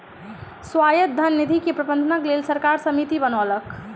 स्वायत्त धन निधि के प्रबंधनक लेल सरकार समिति बनौलक